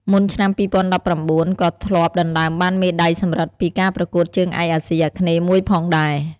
មុនឆ្នាំ ២០១៩ ក៏ធ្លាប់ដណ្តើមបានមេដាយសំរឹទ្ធពីការប្រកួតជើងឯកអាស៊ីអាគ្នេយ៍មួយផងដែរ។